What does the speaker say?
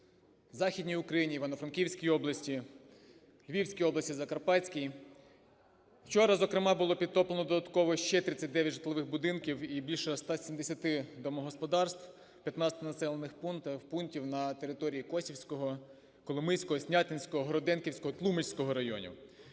Західній Україні: в Івано-франківській області, Львівській області, Закарпатській. Вчора, зокрема, було підтоплено додатково ще 39 житлових будинків і більше 170 домогосподарств у 15 населених пунктах на території Косівського, Коломийського, Снятинського, Городенківського, Тлумацького районів.